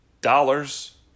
dollars